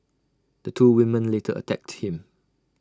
the two women later attacked him